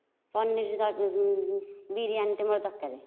ପନିର ବିରିୟାନୀ ଟିଏ ମୋର ଦରକାର